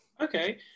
Okay